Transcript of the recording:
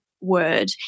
word